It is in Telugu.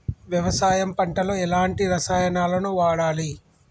వ్యవసాయం పంట లో ఎలాంటి రసాయనాలను వాడాలి?